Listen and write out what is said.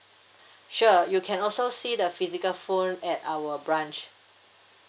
sure you can also see the physical phone at our branch